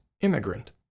immigrant